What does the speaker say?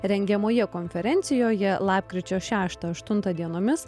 rengiamoje konferencijoje lapkričio šeštą aštuntą dienomis